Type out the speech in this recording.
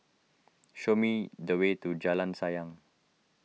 show me the way to Jalan Sayang